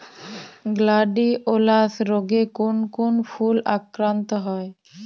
Gladiolus রোগে কোন কোন ফুল আক্রান্ত হয়?